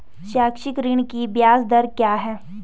शैक्षिक ऋण की ब्याज दर क्या है?